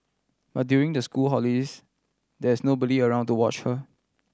but during the school holidays there is nobody around to watch her